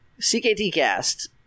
CKTCast